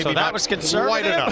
so that was conservative? yeah